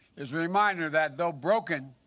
is reminder that though broken,